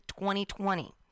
2020